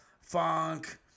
funk